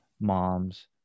moms